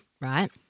right